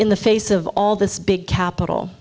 in the face of all this big capital